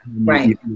right